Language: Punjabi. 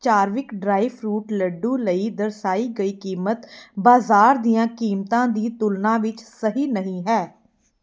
ਚਾਰਵਿਕ ਡਰਾਈ ਫਰੂਟ ਲੱਡੂ ਲਈ ਦਰਸਾਈ ਗਈ ਕੀਮਤ ਬਾਜ਼ਾਰ ਦੀਆਂ ਕੀਮਤਾਂ ਦੀ ਤੁਲਨਾ ਵਿੱਚ ਸਹੀ ਨਹੀਂ ਹੈ